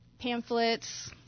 pamphlets